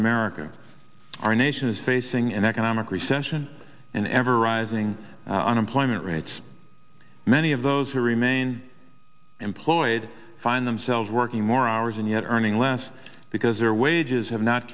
america our nation is facing an economic recession an ever rising unemployment rates many of those who remain employed find themselves working more hours and yet earning less because their wages have not